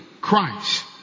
Christ